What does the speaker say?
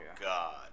god